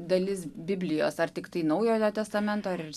dalis biblijos ar tiktai naujojo testamento ir